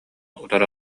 утары